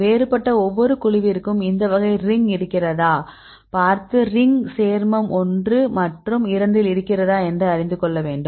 வேறுபட்ட ஒவ்வொரு குழுவிற்கும் இந்த வகை ரிங்க் இருக்கிறதா பார்த்து ரிங்க் சேர்மம் ஒன்று மற்றும் இரண்டில் இருக்கிறதா என்று அறிந்து கொள்ள வேண்டும்